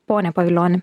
pone pavilioni